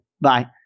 bye